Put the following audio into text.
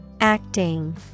Acting